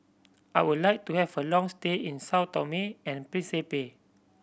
I would like to have a long stay in Sao Tome and Principe